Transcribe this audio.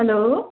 hello